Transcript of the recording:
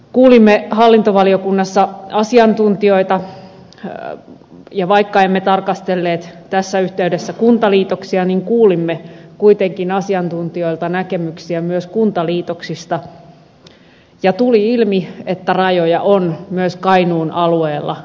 kuulimme hallintovaliokunnassa asiantuntijoita ja vaikka emme tarkastelleet tässä yhteydessä kuntaliitoksia niin kuulimme kuitenkin asiantuntijoilta näkemyksiä myös kuntaliitoksista ja tuli ilmi että rajoja on myös kainuun alueella liikaa